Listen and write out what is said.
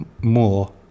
more